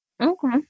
Okay